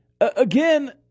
again